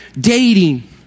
dating